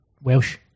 Welsh